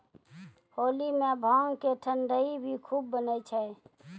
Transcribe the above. होली मॅ भांग के ठंडई भी खूब बनै छै